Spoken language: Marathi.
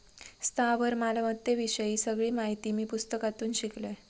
स्थावर मालमत्ते विषयी सगळी माहिती मी पुस्तकातून शिकलंय